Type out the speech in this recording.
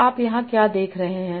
तो आप यहाँ क्या देख रहे हैं